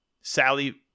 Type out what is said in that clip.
Sally